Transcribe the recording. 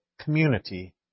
community